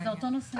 זה אותו נושא.